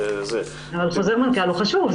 חוזר מנכ"ל הוא חשוב.